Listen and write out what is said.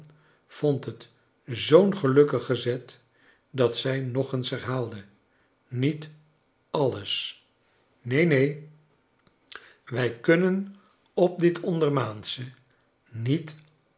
vond het zoo'n gelukkigen zet dat zij nog eens herhaalde niet alles neen neen wij kunnen op dit ondermaansche niet